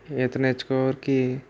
ఈత నేర్చుకో